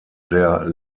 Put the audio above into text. der